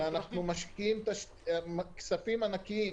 אנחנו משקיעים כספים ענקיים